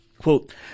Quote